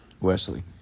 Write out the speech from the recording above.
Wesley